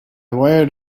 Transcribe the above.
wired